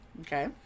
Okay